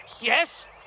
Yes